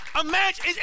Imagine